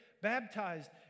Baptized